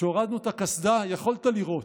כשהורדנו את הקסדה יכולת לראות.